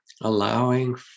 allowing